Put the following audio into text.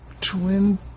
twin